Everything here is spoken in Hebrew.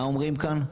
מה אומרים כאן?